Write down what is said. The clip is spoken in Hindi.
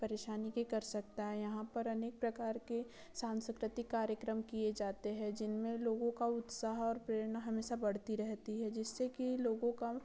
परेशानी के कर सकता है यहाँ पर अनेक प्रकार के सांस्कृतिक कार्यक्रम किए जाते हैं जिनमें लोगो का उत्साह और प्रेरणा हमेशा बढ़ती रहती है जिससे कि लोगों का